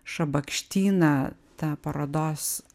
šabakštyną tą parodos